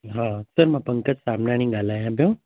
हा सर मां पंकज सामनानी ॻाल्हायां पियो